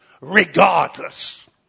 regardless